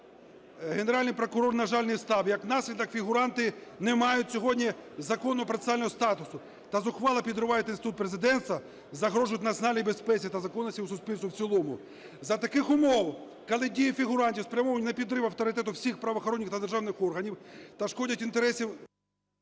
Генеральний прокурор, на жаль, не став. Як наслідок фігуранти не мають сьогодні законного процесуального статусу та зухвало підривають інститут президентства, загрожують національній безпеці та законності у суспільстві в цілому. За таких умов, коли дії фігурантів сплямовані на підрив авторитету всіх правоохоронних та державних органів та шкодять інтересам...